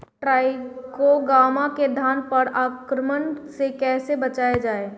टाइक्रोग्रामा के धान पर आक्रमण से कैसे बचाया जाए?